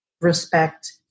respect